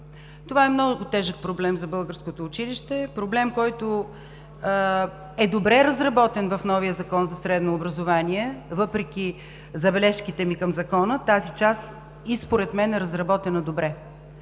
Това е много тежък проблем за българското училище – проблем, който е добре разработен в новия Закон за средното образование. Въпреки забележките ми към Закона, тази част и според мен е разработена добре.